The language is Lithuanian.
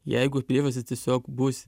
jeigu priežastys tiesiog bus